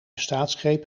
staatsgreep